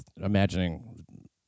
imagining